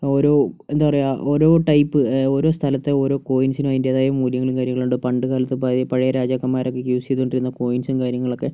ഓരോ എന്താ പറയുക ഓരോ ടൈപ്പ് ഓരോ സ്ഥലത്തെ ഓരോ കോയിൻസിനും അതിൻറ്റേതായ മൂല്യങ്ങളും കാര്യങ്ങളും ഉണ്ട് പണ്ട് കാലത്ത് പഴ പഴയ രാജാക്കന്മാരൊക്കെ യൂസെയ്തോണ്ടിരുന്ന കോയിൻസും കാര്യങ്ങളൊക്കെ